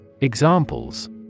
Examples